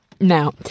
Now